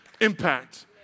impact